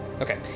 okay